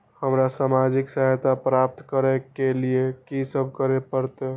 हमरा सामाजिक सहायता प्राप्त करय के लिए की सब करे परतै?